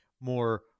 more